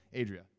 Adria